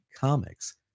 Comics